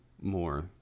more